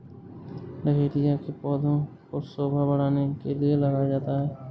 dahlia के पौधे को शोभा बढ़ाने के लिए लगाया जाता है